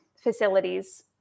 facilities